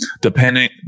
depending